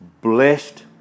blessed